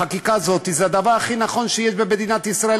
החקיקה הזאת היא הדבר הכי נכון שיש לעשות במדינת ישראל.